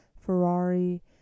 Ferrari